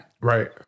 right